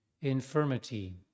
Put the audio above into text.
infirmity